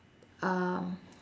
um